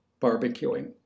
barbecuing